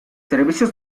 servicios